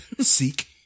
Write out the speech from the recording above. seek